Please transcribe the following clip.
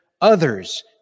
others